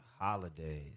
holidays